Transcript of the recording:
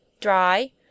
Dry